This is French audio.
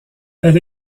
elle